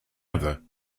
other